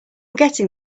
getting